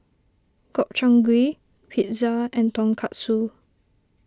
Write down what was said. Gobchang Gui Pizza and Tonkatsu